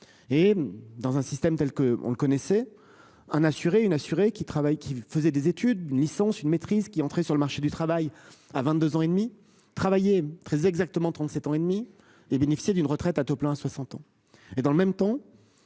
et dans un système tels que on le connaissait un assuré une assurés qui travaillent qui faisait des études une licence, une maîtrise qui entrée sur le marché du travail à 22 ans et demi travailler très exactement 37 ans et demi et bénéficier d'une retraite à taux plein à 60 ans et dans le même temps.